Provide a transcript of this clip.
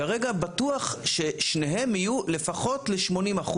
כרגע בטוח ששניהם יהיו לפחות ל-80%